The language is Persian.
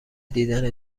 دیدن